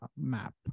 map